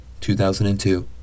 2002